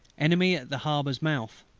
enemy at the harbour's mouth.